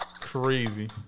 Crazy